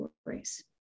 stories